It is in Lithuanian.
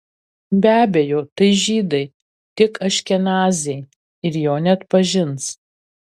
be abejo tai žydai tik aškenaziai ir jo neatpažins